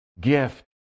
gift